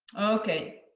okay.